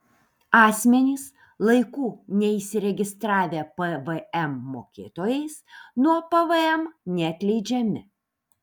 asmenys laiku neįsiregistravę pvm mokėtojais nuo pvm neatleidžiami